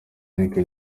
heineken